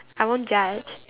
I won't judge